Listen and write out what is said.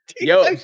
Yo